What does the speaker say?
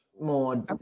more